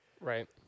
Right